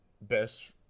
best